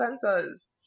centers